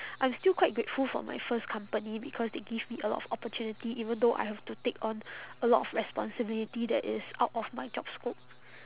I'm still quite grateful for my first company because they give me a lot of opportunity even though I have to take on a lot of responsibility that is out of my job scope